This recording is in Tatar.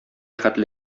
хәтле